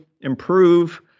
improve